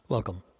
Welcome